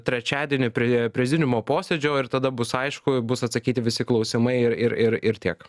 trečiadienį prie prezidiumo posėdžio ir tada bus aišku bus atsakyti visi klausimai ir ir ir tiek